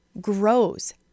grows